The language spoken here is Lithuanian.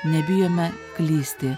nebijome klysti